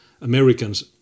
Americans